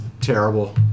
terrible